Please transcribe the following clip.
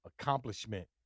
accomplishment